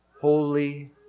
holy